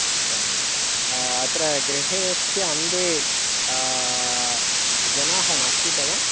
दशवादने अत्र गृहे अस्य वन्दे जनाः नास्ति भवान्